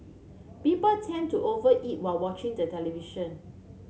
people tend to over eat while watching the television